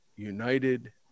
United